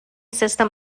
system